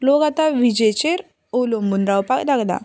लोक आतां विजेचेर अवलंबून रावपाक लागला